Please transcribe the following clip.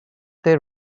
they